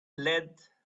let